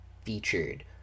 featured